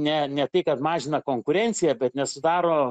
ne ne tai kad mažina konkurenciją bet nesudaro